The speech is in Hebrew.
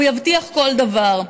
הוא יבטיח כל דבר.